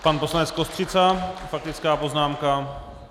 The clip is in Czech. Pan poslanec Kostřica, faktická poznámka.